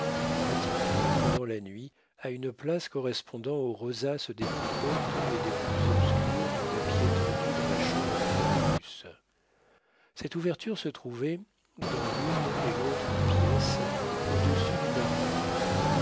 pratiquée pendant la nuit à une place correspondant aux rosaces les plus hautes et les plus obscures du papier tendu dans la chambre de ferragus cette ouverture se trouvait dans l'une et l'autre pièce au-dessus d'une armoire